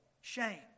Shame